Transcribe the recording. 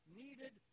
needed